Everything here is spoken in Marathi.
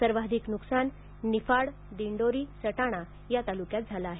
सर्वाधिक नुकसान निफाड दिंडोरी सटाणा या तालुक्यात झालं आहे